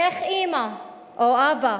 איך אמא או אבא,